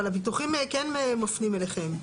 אבל הביטוחים כן מפנים אליכם?